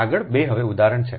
આગળ 2 હવે ઉદાહરણ છે